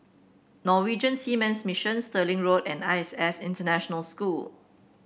Norwegian Seamen's Mission Stirling Road and I S S International School